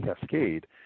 cascade